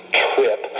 trip